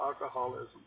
alcoholism